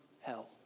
hell